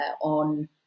on